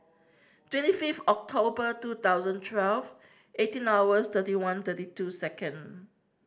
twenty fifth October two thousand twelve eighteen hours thirty one thirty two second